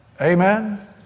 Amen